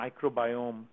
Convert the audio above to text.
microbiome